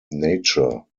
nature